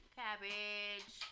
cabbage